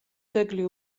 ძეგლი